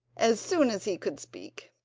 as soon as he could speak,